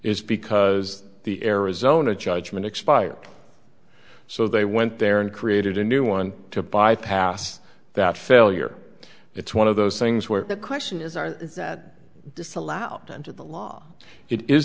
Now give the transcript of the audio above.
is because the arizona judgment expired so they went there and created a new one to bypass that failure it's one of those things where the question is are that disallow under the law i